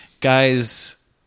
Guys